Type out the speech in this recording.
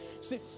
see